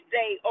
day